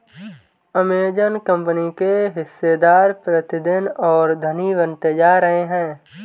Amazon company के हिस्सेदार प्रतिदिन और धनी बनते जा रहे हैं